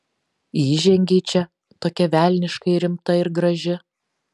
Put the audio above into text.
įžengei čia tokia velniškai rimta ir graži